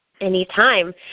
Anytime